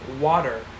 water